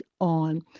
on